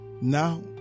Now